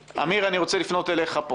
אמיר, אני רוצה לפנות אליך פה